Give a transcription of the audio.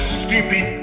stupid